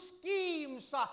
schemes